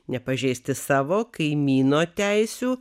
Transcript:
nepažeisti savo kaimyno teisių